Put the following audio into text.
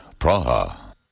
Praha